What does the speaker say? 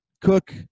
Cook